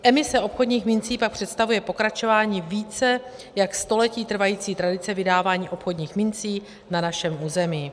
Emise obchodních mincí pak představuje pokračování více jak století trvající tradice vydávání obchodních mincí na našem území.